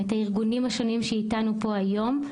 את הארגונים השונים שאתנו פה היום,